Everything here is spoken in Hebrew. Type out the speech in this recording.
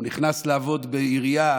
הוא נכנס לעבוד בעירייה,